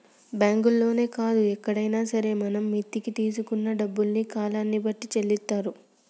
బ్యాంకుల్లోనే కాదు ఎక్కడైనా సరే మనం మిత్తికి తీసుకున్న డబ్బుల్ని కాలాన్ని బట్టి చెల్లిత్తారు